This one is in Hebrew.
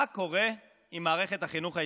מה קורה עם מערכת החינוך הישראלית?